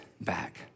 back